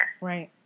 Right